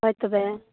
ᱦᱳᱭ ᱛᱚᱵᱮ